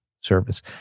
service